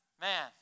man